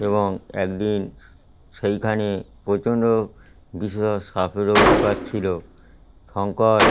এবং এক দিন সেইখানে প্রচণ্ড বিষধর সাপেরও উৎপাত ছিল শঙ্কর